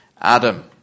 Adam